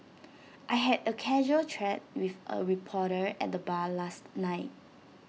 I had A casual chat with A reporter at the bar last night